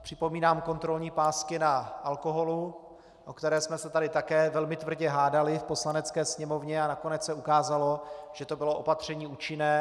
Připomínám kontrolní pásky na alkoholu, o které jsme se tady také velmi tvrdě hádali v Poslanecké sněmovně, a nakonec se ukázalo, že to bylo opatření účinné.